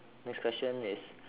next question is